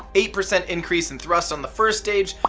eight percent increase in thrust on the first stage,